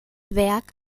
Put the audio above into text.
werk